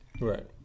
Right